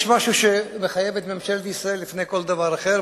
יש משהו שמחייב את ממשלת ישראל לפני כל דבר אחר,